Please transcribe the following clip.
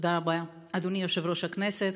תודה רבה, אדוני יושב-ראש הכנסת.